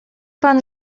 pan